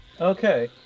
Okay